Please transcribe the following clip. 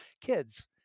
kids